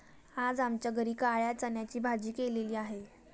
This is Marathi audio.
आज आमच्या घरी काळ्या चण्याची भाजी केलेली आहे